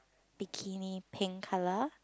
bikini pink colour